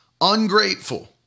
ungrateful